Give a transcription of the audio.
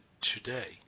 today